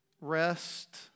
Rest